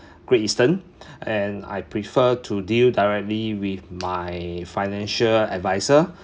Great Eastern and I prefer to deal directly with my financial adviser